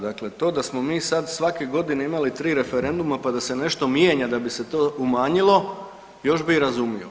Dakle, to da smo mi sad svake godine imali 3 referenduma pa se nešto mijenja da bi se to umanjilo još bi i razumio.